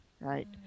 right